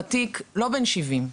אותו אזרח ותיק לא בן 70,